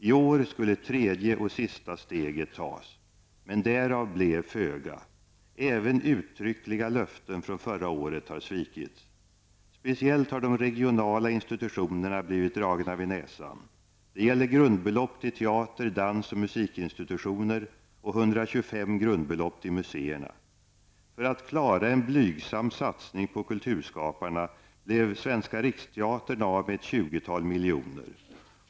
I år skulle tredje och sista steget tas. Men därav blev föga. Även uttryckliga löften från förra året har svikits. Speciellt har de regionala institutionerna blivit dragna vid näsan. Det gäller grundbelopp till teater-, dans och musikinstitutionerna och 125 grundbelopp till museerna. För att klara en blygsam satsning på kulturskaparna blev Svenska riksteaterna av med ett tjugotal miljoner.